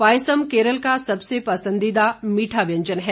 पायसम केरल का सबसे पसंदीदा मीठा व्यंजन है